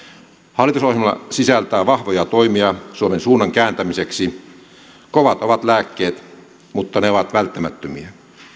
hallitusohjelma sisältää vahvoja toimia suomen suunnan kääntämiseksi kovat ovat lääkkeet mutta ne ovat välttämättömiä